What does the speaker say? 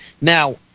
Now